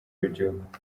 w’igihugu